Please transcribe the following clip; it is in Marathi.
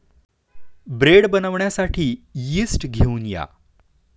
ब्रेड बनवण्यासाठी यीस्ट घेऊन या